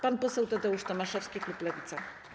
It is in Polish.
Pan poseł Tadeusz Tomaszewski, klub Lewica.